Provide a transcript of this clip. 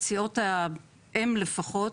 את סיעות האם לפחות,